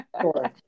Sure